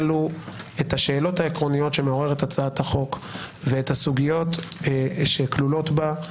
שהשאלות העקרוניות שמעוררת הצעת החוק והסוגיות שכלולות בה,